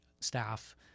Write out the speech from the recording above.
staff